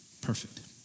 perfect